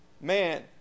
man